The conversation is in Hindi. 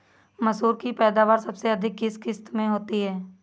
मसूर की पैदावार सबसे अधिक किस किश्त में होती है?